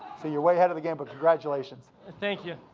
you're way ahead of the game, but congratulations. and thank you.